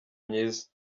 myiza